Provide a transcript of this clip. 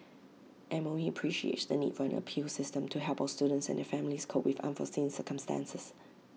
M O E appreciates the need for an appeals system to help our students and their families cope with unforeseen circumstances